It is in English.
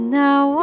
now